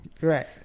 Right